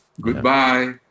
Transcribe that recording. goodbye